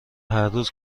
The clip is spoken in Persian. هرروز